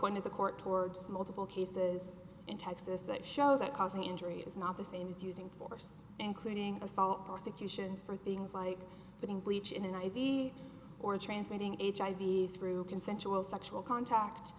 to the court towards multiple cases in texas that show that causing injuries is not the same as using force including assault prosecutions for things like putting bleach in an i v or transmitting hiv through consensual sexual contact